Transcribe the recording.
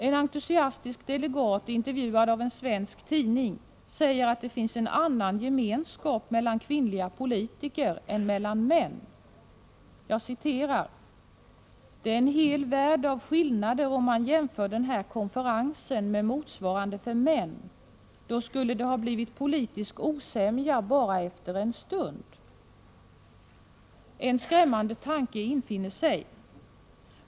En entusiastisk delegat, intervjuad av en svensk tidning, säger att det finns en annan gemenskap mellan kvinnliga politiker än mellan män. ”Det är en hel värld av skillnader om man jämför den här konferensen med en motsvarande för män, då skulle det ha blivit politisk osämja bara efter en stund.” En skrämmande tanke infinner sig.